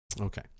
Okay